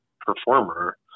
performer